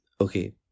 Okay